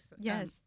Yes